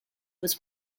was